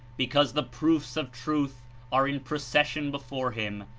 because the proofs of truth are in procession before him,